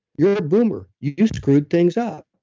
you're a boomer, you you screwed things up.